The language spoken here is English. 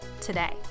today